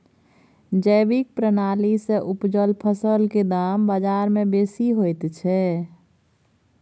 जैविक प्रणाली से उपजल फसल के दाम बाजार में बेसी होयत छै?